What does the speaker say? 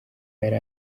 yari